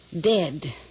dead